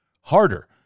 harder